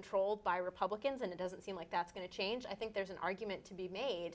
controlled by republicans and it doesn't seem like that's going to change i think there's an argument to be made